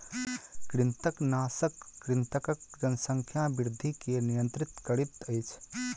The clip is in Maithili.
कृंतकनाशक कृंतकक जनसंख्या वृद्धि के नियंत्रित करैत अछि